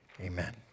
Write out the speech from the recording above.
Amen